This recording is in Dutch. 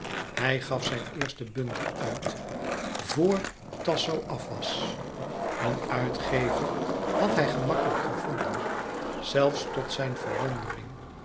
hij gaf zijn eersten bundel uit vor tasso af was een uitgever had hij gemakkelijk gevonden zelfs tot zijn verwondering